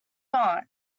not